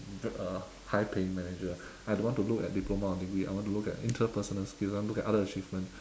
a high paying manager I don't want to look at diploma or degree I want to look at interpersonal skill I want to look at other achievements